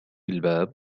الباب